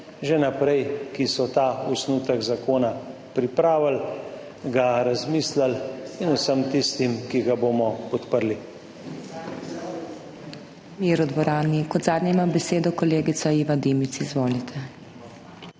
vsem, ki so ta osnutek zakona pripravili, ga razmislili in vsem tistim, ki ga bomo podprli.